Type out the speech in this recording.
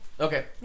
Okay